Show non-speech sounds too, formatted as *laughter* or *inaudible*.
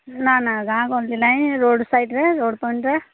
ନାଁ ନାଁ ଗାଁ *unintelligible* ରେ ନାହିଁ ରୋଡ଼୍ ସାଇଡ଼୍ରେ ରୋଡ଼୍ ପଏଣ୍ଟରେ